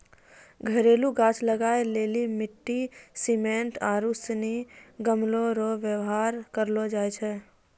घरेलू गाछ लगाय लेली मिट्टी, सिमेन्ट आरू सनी गमलो रो वेवहार करलो जाय छै